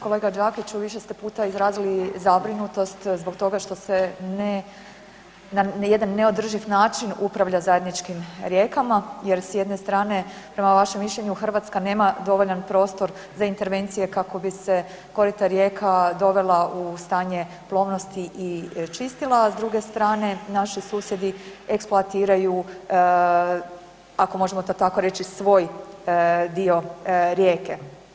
Kolega Đakiću, više ste puta izrazili zabrinutost zbog toga što se na jedan neodrživ način upravlja zajedničkim rijekama jer s jedne strane prema vašem mišljenju Hrvatska nema dovoljan prostor za intervencije kako bi se korita rijeka dovela u stanje plovnosti i čistila, a s druge strane naši susjedi eksploatiraju, ako možemo to tako reći svoj dio rijeke.